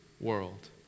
world